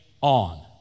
on